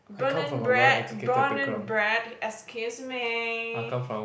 born and bred born and bred excuse me